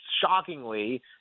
shockingly